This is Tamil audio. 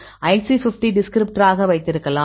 IC50 டிஸ்கிரிப்டராக வைத்திருக்கலாம்